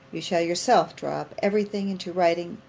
you shall yourself draw up every thing into writing,